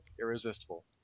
irresistible